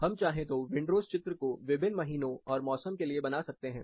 हम चाहे तो विंडरोज चित्र को विभिन्न महीनों और मौसम के लिए बना सकते हैं